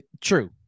true